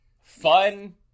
fun